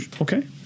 okay